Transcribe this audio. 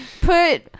put